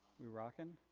we rockin?